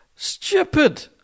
stupid